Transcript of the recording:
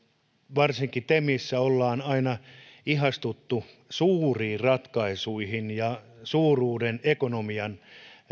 varsinkin temissä ollaan aina ihastuttu suuriin ratkaisuihin ja suuruuden ekonomian